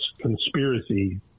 conspiracy